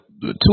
Two